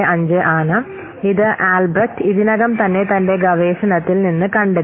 65 ആണ് ഇത് ആൽബ്രെക്റ്റ് ഇതിനകം തന്നെ തന്റെ ഗവേഷണത്തിൽ നിന്ന് കണ്ടെത്തി